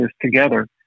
together